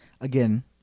Again